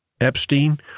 Epstein